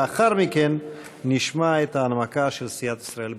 לאחר מכן נשמע את ההנמקה של סיעת ישראל ביתנו.